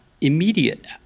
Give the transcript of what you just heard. immediate